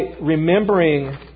remembering